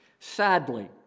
Sadly